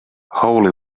holy